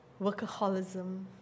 Workaholism